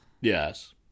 Yes